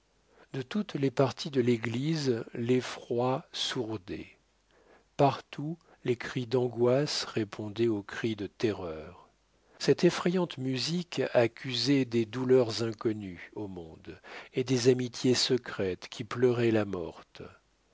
de toutes les parties de l'église l'effroi sourdait partout les cris d'angoisse répondaient aux cris de terreur cette effrayante musique accusait des douleurs inconnues au monde et des amitiés secrètes qui pleuraient la morte